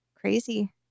crazy